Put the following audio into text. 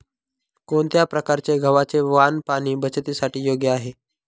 कोणत्या प्रकारचे गव्हाचे वाण पाणी बचतीसाठी योग्य आहे?